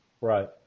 Right